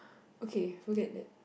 okay forget that